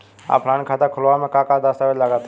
Offline खाता खुलावे म का का दस्तावेज लगा ता?